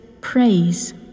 praise